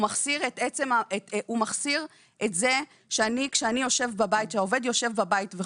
הוא מחסיר את זה שכאשר העובד בבית כי